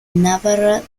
navarra